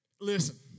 Listen